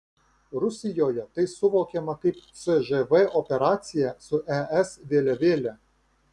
rusijoje tai suvokiama kaip cžv operacija su es vėliavėle